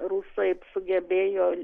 rusai sugebėjo